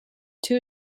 two